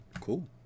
Cool